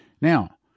Now